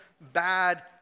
bad